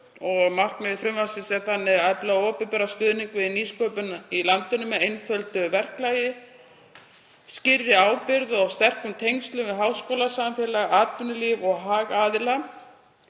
Markmið frumvarpsins er þannig að efla opinberan stuðning við nýsköpun á landinu með einföldu verklagi, skýrri ábyrgð og sterkum tengslum við háskólasamfélag, atvinnulíf og hagaðila.